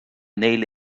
neil